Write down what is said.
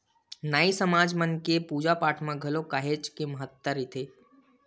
नाई समाज मन के पूजा पाठ म घलो काहेच के महत्ता रहिथे